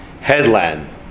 Headland